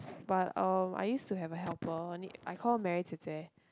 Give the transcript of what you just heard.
but um I used to have a helper name I called Marry jie jie